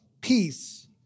Peace